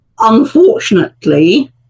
Unfortunately